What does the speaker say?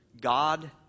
God